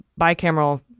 bicameral